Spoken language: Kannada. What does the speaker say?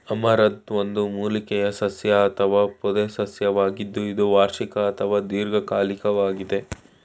ಅಮರಂಥ್ ಒಂದು ಮೂಲಿಕೆಯ ಸಸ್ಯ ಅಥವಾ ಪೊದೆಸಸ್ಯವಾಗಿದ್ದು ಇದು ವಾರ್ಷಿಕ ಅಥವಾ ದೀರ್ಘಕಾಲಿಕ್ವಾಗಿದೆ